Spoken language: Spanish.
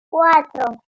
cuatro